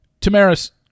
Tamaris